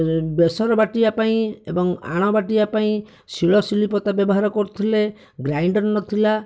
ବେସର ବାଟିବା ପାଇଁ କି ଏବଂ ଆଣ ବାଟିବା ପାଇଁ ଶିଳଶିଳୁପତା ବ୍ୟବହାର କରୁଥିଲେ ଗ୍ରାଇଣ୍ଡର ନଥିଲା